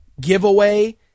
giveaway